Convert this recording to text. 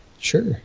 sure